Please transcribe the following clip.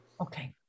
Okay